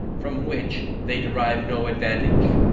from which, they derive no advantage.